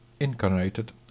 incarnated